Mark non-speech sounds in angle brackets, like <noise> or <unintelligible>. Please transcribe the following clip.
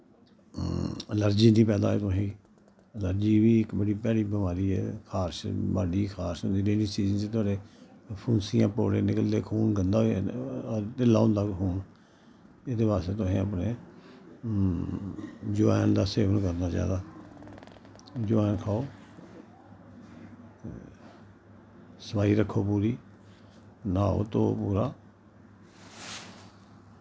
allergy निं पैदा होऐ तुसें ऐलारजी बी इक बड़ी भैड़ी बमारी ऐ खारश बाड्डी च खारश होंदी <unintelligible> फुंसियां फोड़े निकलदे खून गन्दा होई जंदा ढिल्ला होंदा फ्ही खून एह्दे बास्तै तुसें अपने जवैन दा सेवन करना चाहिदा जवैन खाओ सफाई रक्खो पूरी न्हाओ धो पूरा